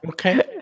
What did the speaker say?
Okay